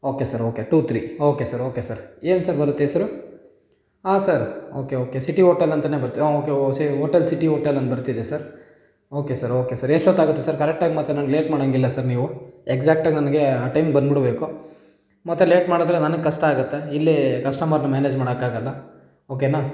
okay sir okay two three okay sir okay sir ಏನು sir ಬರುತ್ತೆ ಹೆಸ್ರು ಹಾಂ sir okay okay city hotel ಅಂತಲೇ ಬರುತ್ತೆ ಹಾಂ ಓಕೆ ಓ ಸೆ ಓಟಲ್ ಸಿಟಿ ಓಟಲ್ ಅಂತ ಬರ್ತಿದೆ sir okay sir okay sir ಎಷ್ಟೊತ್ತು ಆಗುತ್ತೆ ಸರ್ ಕರೆಕ್ಟಾಗಿ ಮತ್ತೆ ನಂಗೆ ಲೇಟ್ ಮಾಡೋಂಗೆ ಇಲ್ಲ ಸರ್ ನೀವು ಎಕ್ಝ್ಯಾಕ್ಟ್ ಆಗಿ ನನಗೆ ಟೈಮ್ಗೆ ಬಂದ್ಬಿಡ್ಬೇಕು ಮತ್ತೆ ಲೇಟ್ ಮಾಡಿದ್ರೆ ನನಗೆ ಕಷ್ಟ ಆಗುತ್ತೆ ಇಲ್ಲಿ ಕಸ್ಟಮರ್ನ ಮ್ಯಾನೇಜ್ ಮಾಡೋಕ್ಕಾಗೋಲ್ಲ ಓಕೆನ